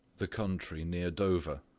the country near dover.